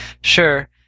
Sure